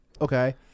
Okay